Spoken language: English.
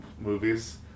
movies